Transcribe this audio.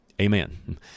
Amen